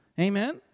Amen